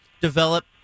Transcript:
develop